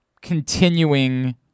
continuing